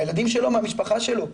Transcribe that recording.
הילדים שלו מהמשפחה שלו,